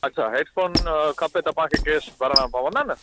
अच्छा हेडफ़ोन खपे त पाण खे कैश भरिणा पवंदा न